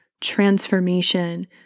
transformation